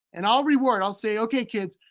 and i'll reward, i'll say, okay kids,